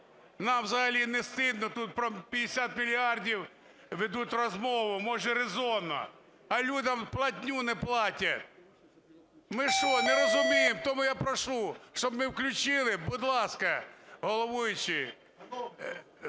Нам взагалі не стидно? Тут про 50 мільярдів ведуть розмову, може, резонно, а людям платню не платять. Ми що, не розуміємо? Тому я прошу, щоб ми включили… Будь ласка, головуючий,